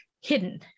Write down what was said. hidden